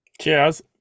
Cheers